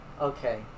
Okay